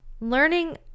learning